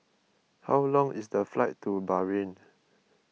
how long is the flight to Bahrain